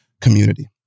community